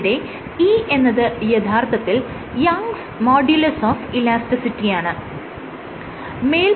ഇവിടെ E എന്നത് യഥാർത്ഥത്തിൽ യങ്സ് മോഡുലസ് ഓഫ് ഇലാസ്റ്റിസിറ്റിയാണ് Young's Modulus of Elasticity